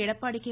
Edappadi K